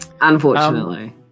Unfortunately